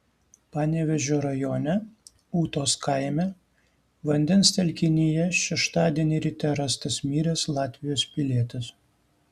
panevėžio rajone ūtos kaime vandens telkinyje šeštadienį ryte rastas miręs latvijos pilietis